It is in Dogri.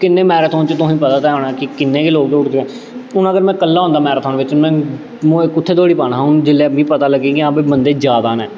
किन्ने मैराथन च तुसें पता ते होना ऐ कि किन्ने गै लोक दौड़दे न हून अगर में कल्ला होंदा मैराथन बिच्च में मोए कु'त्थै दौड़ी पाना हा हून जिल्लै मी पता लग्गेआ कि बंदे जादा न